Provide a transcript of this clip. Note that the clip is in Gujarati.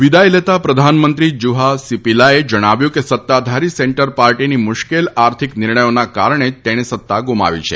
વિદાય લેતા પ્રધાનમંત્રી જુહા સીપીલાએ જણાવ્યું છે કે સત્તાધારી સેન્ટર પાર્ટીની મુશ્કેલ આર્થિક નિર્ણયોના કારણે તેણે સત્તા ગુમાવી છે